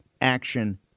action